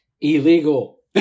Illegal